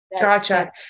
gotcha